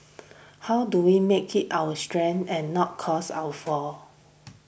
how do we make it our strength and not cause our fall